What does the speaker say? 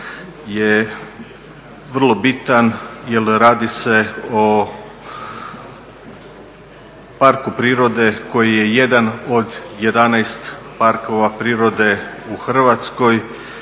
je vrlo bitan jer radi se o parku prirode koji je jedan od 11 parkova prirode u Hrvatskoj